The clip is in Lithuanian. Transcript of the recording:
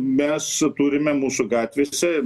mes turime mūsų gatvėse